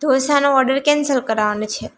ઢોંસાનો order cancel કરાવવાનો છે